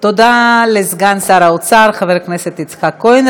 תודה לסגן שר האוצר חבר הכנסת יצחק כהן.